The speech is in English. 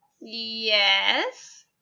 Yes